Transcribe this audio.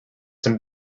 some